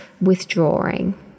withdrawing